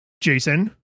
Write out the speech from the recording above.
Jason